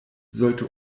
sollte